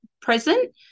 present